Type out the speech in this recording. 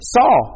Saul